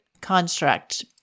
construct